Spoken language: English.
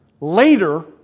later